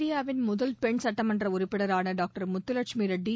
இந்தியாவின் முதல் பெண் சுட்டமன்ற உறுப்பினரான டாக்டர் முத்துவெட்சுமி ரெட்டி